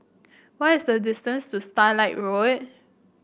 what is the distance to Starlight Road